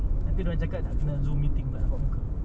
nanti dia orang cakap nak kena Zoom meeting pula nak nampak muka